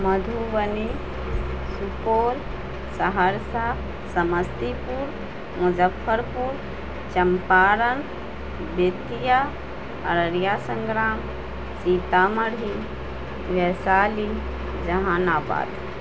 Madhubani Supaul Saharsa Samastipur Muzaffarpur Champaran Bettiah Araria Sangram Sitamarhi Vaishali جہان آباد